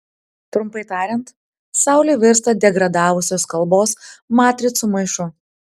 trumpai tariant saulė virsta degradavusios kalbos matricų maišu